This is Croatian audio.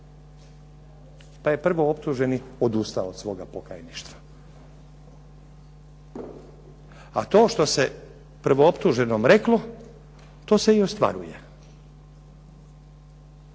Pa je prvooptuženi odustao od svoga pokajništva. A to što se prvooptuženom reklo to se i ostvaruje.